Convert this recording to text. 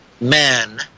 man